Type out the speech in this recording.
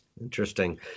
Interesting